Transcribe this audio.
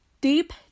deep